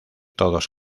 todos